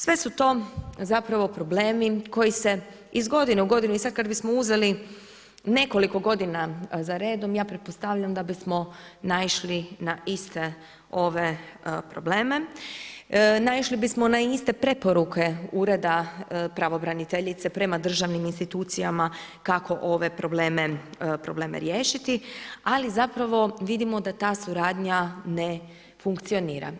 Sve su to zapravo problemi koji se iz godine u godinu i sada kada bismo uzeli nekoliko godina za redom, ja pretpostavljam da bismo naišli na iste ove probleme, naišli bismo na iste preporuke Ureda pravobraniteljice prema državnim institucijama kako ove probleme riješiti, ali zapravo vidimo da ta suradnja ne funkcionira.